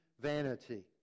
vanity